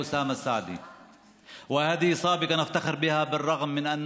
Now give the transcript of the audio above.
היושב-ראש לא יכול להתערב בשום נאום של חבר כנסת.